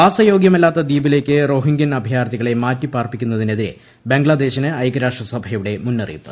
വാസയോഗൃമല്ലാത്ത ദ്വീപിലേക്ക് റോഹിംഗൃൻ അഭയാർത്ഥികളെ മാറ്റിപാർപ്പിക്കുന്നതിനെതിരെ ബംഗ്ലാദേശിന് ഐകൃരാഷ്ട്രസഭയുടെ മുന്നറിയിപ്പ്